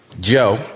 Joe